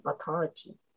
authority